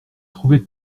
trouvait